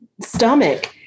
stomach